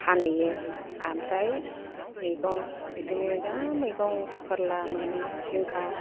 फानैयो ओमफ्राय मैगं बिदिनो जा मैगं फोरला मोनो जिंखा